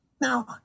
Now